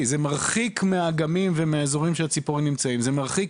המועצה האזורית ניסתה לעצור את